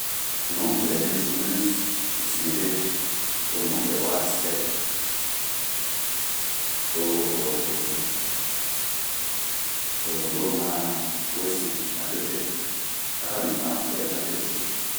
nupɛyi zunmi zinre, to nupɛ wa sɛ,a too hoo loma wese matete aba nima bɛmatete